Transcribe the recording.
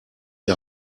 die